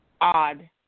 odd